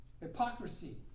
Hypocrisy